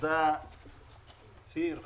תודה לאופיר כץ.